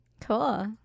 Cool